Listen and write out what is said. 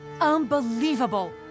unbelievable